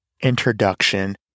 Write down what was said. introduction